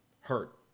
Hurt